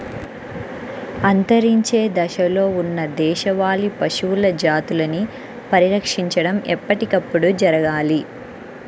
అంతరించే దశలో ఉన్న దేశవాళీ పశువుల జాతులని పరిరక్షించడం ఎప్పటికప్పుడు జరగాలి